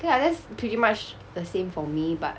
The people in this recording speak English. okay lah that's pretty much the same for me but